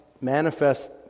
manifest